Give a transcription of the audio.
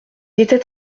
était